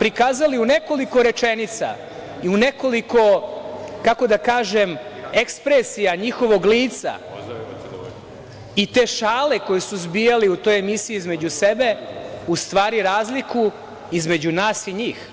prikazali u nekoliko rečenica, u nekoliko kako da kažem ekspresija njihovog lica i te šale koje su zbijali u toj emisiji između sebe, u stvari razliku između nas i njih.